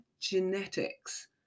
genetics